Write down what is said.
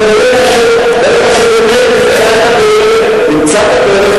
אבל ברגע של אמת נמצא את הדרך,